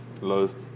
lost